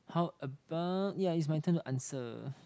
how about ya is my turn to answer